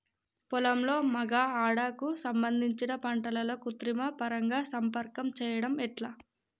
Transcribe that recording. పొలంలో మగ ఆడ కు సంబంధించిన పంటలలో కృత్రిమ పరంగా సంపర్కం చెయ్యడం ఎట్ల?